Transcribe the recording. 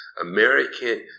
american